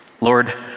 Lord